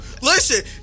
listen